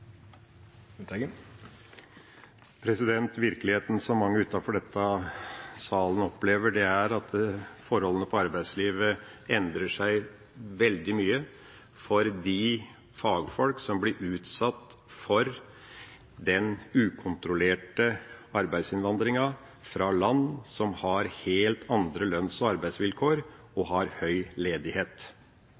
Virkeligheten som mange utenfor denne salen opplever, er at forholdene i arbeidslivet endrer seg veldig mye for de fagfolkene som blir utsatt for den ukontrollerte arbeidsinnvandringa fra land som har helt andre lønns- og arbeidsvilkår og høy ledighet.